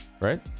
right